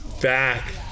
back